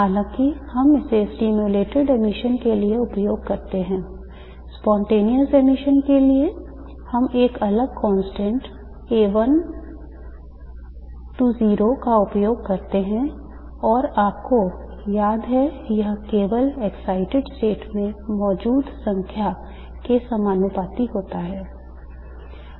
हालांकि हम इसे stimulated emission के लिए उपयोग करते हैं spontaneous emission के लिए हम एक अलग constant का उपयोग करते हैं और आपको याद है यह केवल excited state में मौजूद संख्या के समानुपाती होता है